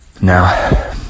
Now